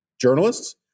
journalists